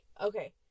Okay